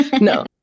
No